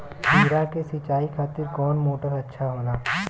खीरा के सिचाई खातिर कौन मोटर अच्छा होला?